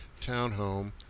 townhome